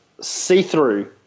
see-through